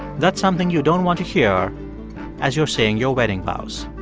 that's something you don't want to hear as you're saying your wedding vows